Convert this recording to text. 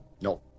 No